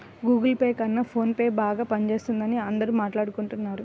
Google pay కన్నా phone పేనే బాగా పనిజేత్తందని అందరూ మాట్టాడుకుంటన్నారు